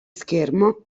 schermo